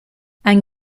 ein